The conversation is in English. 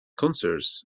concerts